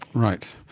right.